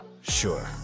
Sure